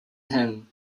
him